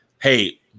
hey